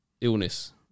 illness